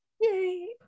Yay